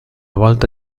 volta